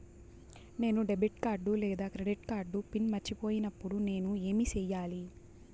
నేను debit card లేదా credit card PIN మర్చిపోయినప్పుడు నేను ఏమి సెయ్యాలి?